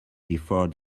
before